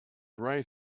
right